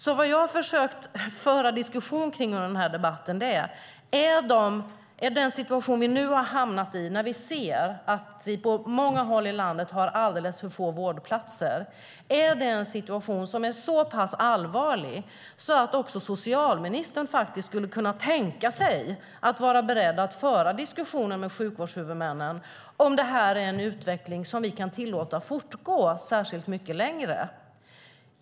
Det jag försökt föra en diskussion om är ifall den situation vi nu hamnat i, att vi på många håll i landet har alldeles för få vårdplatser, är så pass allvarlig att också socialministern kunde tänka sig att vara beredd att föra diskussioner med sjukvårdshuvudmännen om huruvida det är en utveckling som vi kan tillåta att fortgå särskilt mycket längre.